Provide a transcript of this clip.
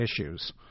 issues